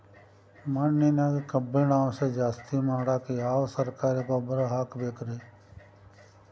ಮಣ್ಣಿನ್ಯಾಗ ಕಬ್ಬಿಣಾಂಶ ಜಾಸ್ತಿ ಮಾಡಾಕ ಯಾವ ಸರಕಾರಿ ಗೊಬ್ಬರ ಹಾಕಬೇಕು ರಿ?